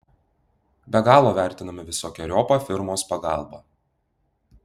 be galo vertiname visokeriopą firmos pagalbą